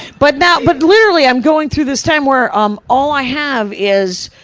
but now, but literally, i'm going through this time where um all i have is,